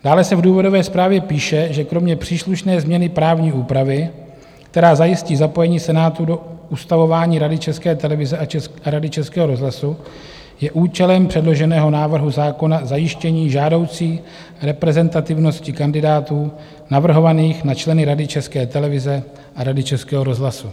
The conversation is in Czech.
Dále se v důvodové zprávě píše, že kromě příslušné změny právní úpravy, která zajistí zapojení Senátu do ustavování Rady České televize a Rady Českého rozhlasu, je účelem předloženého návrhu zákona zajištění žádoucí reprezentativnosti kandidátů navrhovaných na členy Rady České televize a Rady Českého rozhlasu.